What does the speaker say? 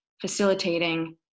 facilitating